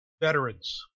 veterans